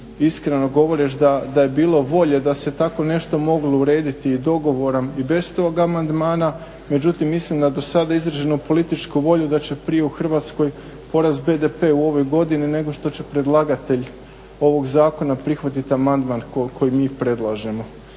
iskreno govoreći da je bilo volje, da se tako nešto moglo urediti i dogovorom i bez tog amandmana, međutim mislim da do sada izraženo političkom voljom da će prije u Hrvatskoj porast BDP u ovoj godini, nego što će predlagatelj ovog zakona prihvatiti amandman koji mi predlažemo.